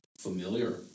familiar